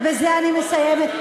ובזה אני מסיימת,